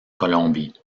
colombie